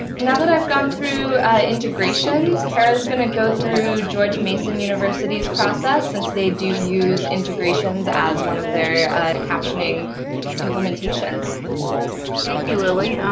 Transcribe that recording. now that i've gone through integrations, kara's going to go through george mason university's process, since they do use integrations as one of their captioning implementations thank you, lily.